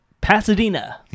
Pasadena